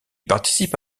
participe